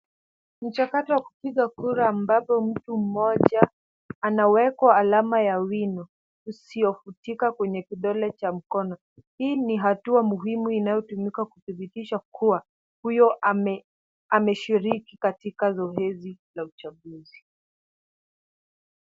Mchakato wa kupiga kura ambapo mtu mmoja anawekwa alama ya wino usiofutika kwenye kidole cha mkono. Hii ni hatua muhimu inayotumika kudhibitisha kuwa huyo ameshiriki katika zoezi la uchaguzi.